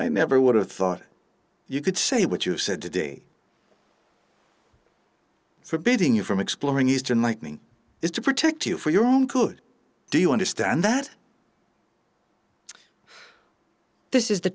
i never would have thought you could say what you said today forbidding you from exploring eastern lightning is to protect you for your own good do you understand that this is the